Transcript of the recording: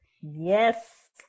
Yes